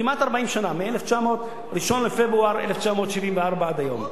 כמעט 40 שנה, מ-1 בפברואר 1974 עד היום.